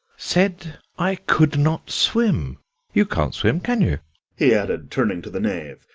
said i could not swim you can't swim, can you he added, turning to the knave.